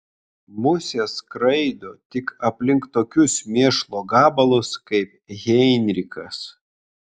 musės skraido tik aplink tokius mėšlo gabalus kaip heinrichas